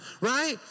right